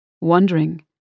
wondering